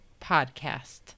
Podcast